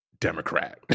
Democrat